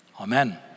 amen